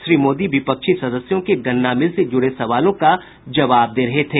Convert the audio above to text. श्री मोदी विपक्षी सदस्यों के गन्ना मिल से जुड़े सवालों का जवाब दे रहे थे